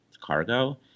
cargo